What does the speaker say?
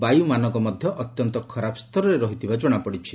ବାୟୁ ମାନକ ମଧ୍ୟ ଅତ୍ୟନ୍ତ ଖରାପ ସ୍ତରର ରହିଥିବା ଜଣାପଡ଼ିଛି